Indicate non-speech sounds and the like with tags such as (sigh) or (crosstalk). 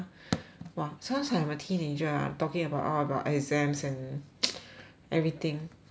!wah! sounds like I'm a teenager ah talking about all about exams and (noise) everything (noise)